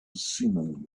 simum